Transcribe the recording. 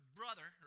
brother